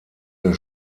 der